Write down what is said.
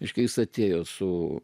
iškeis atėjo su